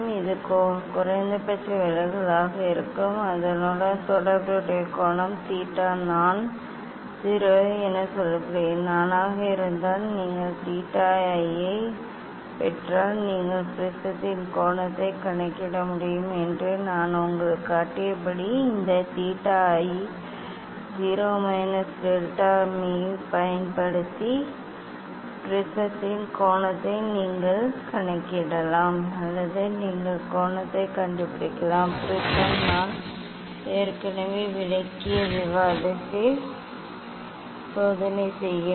இது குறைந்தபட்ச விலகலாக இருக்கும் அதனுடன் தொடர்புடைய கோணம் தீட்டா நான் 0 என்று சொல்லப்படும் நானாக இருந்தால் நீங்கள் தீட்டா ஐ 0 ஐப் பெற்றால் நீங்கள் ப்ரிஸத்தின் கோணத்தைக் கணக்கிட முடியும் என்று நான் உங்களுக்குக் காட்டியபடி இந்த 2 தீட்டா ஐ 0 மைனஸ் டெல்டா மீ பயன்படுத்தி ப்ரிஸத்தின் கோணத்தை நீங்கள் கணக்கிடலாம் அல்லது நீங்கள் கோணத்தைக் கண்டுபிடிக்கலாம் ப்ரிஸம் நான் ஏற்கனவே விளக்கிய விதத்தில் சோதனை செய்கிறேன்